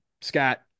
Scott